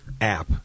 app